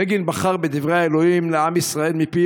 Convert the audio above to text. בגין בחר בדברי האלוהים לעם ישראל מפי